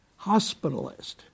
hospitalist